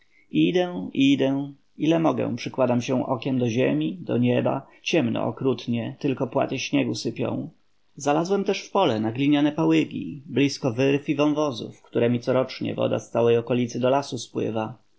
idę idę ile mogę przykładam się okiem do ziemi do nieba ciemno okrutnie tylko płaty śniegu sypią zalazłem też w pole na gliniane pałygi blizko wyrw i wąwozów któremi corocznie woda z całej okolicy do lasu spływa